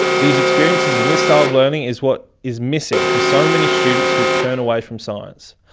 these experiences, and this style of learning, is what is missing for so many students who turn away from science.